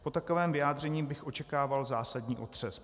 Po takovém vyjádření bych očekával zásadní otřes.